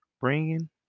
bringing